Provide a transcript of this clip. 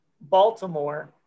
Baltimore